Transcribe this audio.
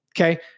Okay